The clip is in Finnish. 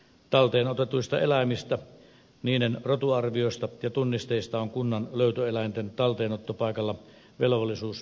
talteenotetuista eläimistä niiden rotuarviosta ja tunnisteista on kunnan löytöeläinten talteenottopaikalla velvollisuus pitää luetteloa